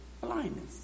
blindness